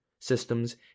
systems